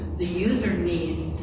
the user needs,